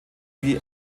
wie